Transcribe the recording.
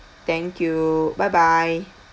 thank you bye bye